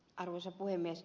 arvoisa puhemies